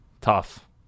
Tough